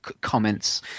comments